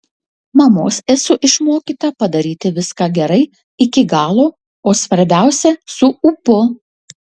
mamos esu išmokyta padaryti viską gerai iki galo o svarbiausia su ūpu